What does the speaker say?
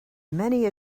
many